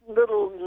little